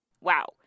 Wow